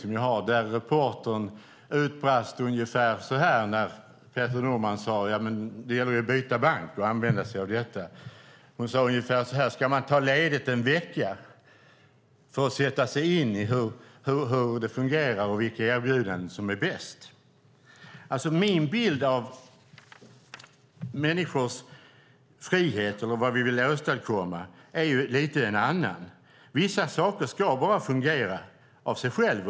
Där sade Peter Norman att det gällde för kunderna att byta bank och använda sig av detta. Då sade reportern ungefär så här: Ska man ta ledigt en vecka för att sätta sig in i hur det fungerar och vilka erbjudanden som är bäst? Min bild av människors frihet eller vad vi vill åstadkomma är en annan. Vissa saker ska bara fungera.